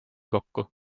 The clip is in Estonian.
kokku